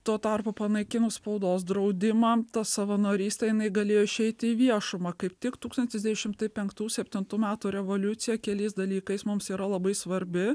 tuo tarpu panaikinus spaudos draudimą savanorystė jinai galėjo išeiti į viešumą kaip tik tūkstantis devyni šimtai penktų septintų metų revoliucija keliais dalykais mums yra labai svarbi